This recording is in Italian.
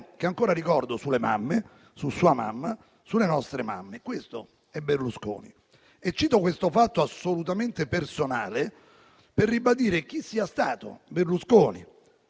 che ancora ricordo, sulle mamme, su sua mamma, sulle nostre mamme. Questo è Berlusconi. Cito questo fatto assolutamente personale per ribadire chi sia stato Berlusconi.